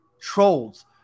trolls